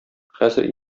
хәзер